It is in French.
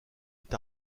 est